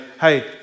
hey